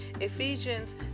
Ephesians